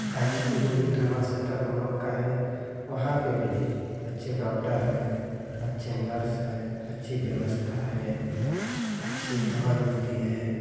गाज़ीपुर में भी trauma centre हमलोग का है वहाँ पर भी अच्छे डॉक्टर हैं अच्छी नर्स हैं अच्छी व्यवस्था है अच्छी दवा मिलती है